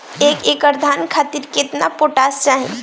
एक एकड़ धान खातिर केतना पोटाश चाही?